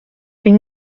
une